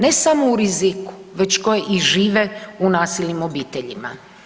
Ne samo u riziku, već koje i žive u nasilnim obiteljima.